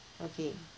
okay